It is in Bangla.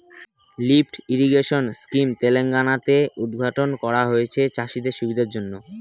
লিফ্ট ইরিগেশন স্কিম তেলেঙ্গানা তে উদ্ঘাটন করা হয়েছে চাষীদের সুবিধার জন্য